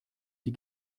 die